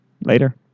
Later